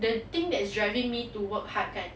the thing that is driving me to work hard kan